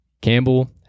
Campbell